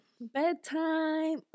Bedtime